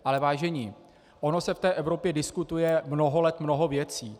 Ale vážení, ono se v té Evropě diskutuje mnoho let mnoho věcí.